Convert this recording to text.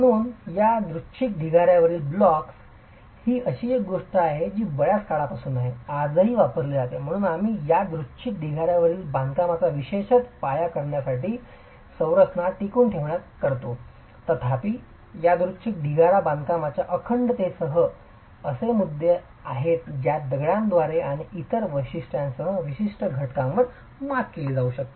म्हणून यादृच्छिक ढिगाऱ्यावरील ब्लॉक्स ही अशी एक गोष्ट आहे जी बर्याच काळापासून आहे आजही वापरली जाते अजूनही आम्ही यादृच्छिक ढिगाऱ्यावरील बांधकामाचा वापर विशेषत पाया करण्यासाठी संरचना टिकवून ठेवण्यासाठी करतो तथापि यादृच्छिक ढिगारा बांधकामांच्या अखंडतेसह असे मुद्दे आहेत ज्यात दगडांद्वारे आणि इतर वैशिष्ट्यांसह विशिष्ट घटकांवर मात केली जाऊ शकते